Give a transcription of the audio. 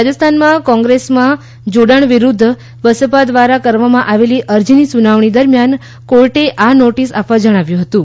રાજસ્થાનમાં કોંગ્રેસમાં જોડાણ વિડુદ્ધ બસપા દ્વારા કરવામાં આવેલી અરજીની સુનાવણી દરમિયાન કોર્ટે આ નોટિસ આપવા જણાવ્યુ હતું